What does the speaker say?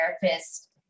therapist